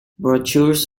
brochures